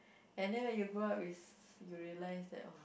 and then when you grow up is you realize that oh